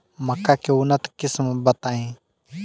मक्का के उन्नत किस्म बताई?